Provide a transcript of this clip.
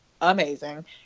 amazing